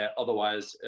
otherwise,